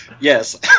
yes